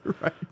Right